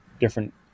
different